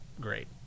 great